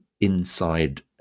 inside